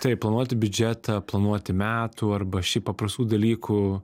taip planuoti biudžetą planuoti metų arba šiaip paprastų dalykų